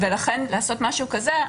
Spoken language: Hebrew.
ולכן לעשות משהו כזה,